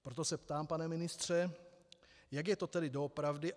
Proto se ptám, pane ministře, jak je to tedy doopravdy.